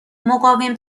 مقاوم